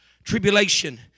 tribulation